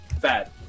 bad